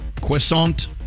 croissant